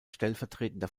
stellvertretender